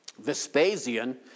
Vespasian